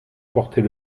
porter